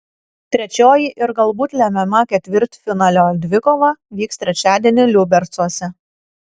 trečioji ir galbūt lemiama ketvirtfinalio dvikova vyks trečiadienį liubercuose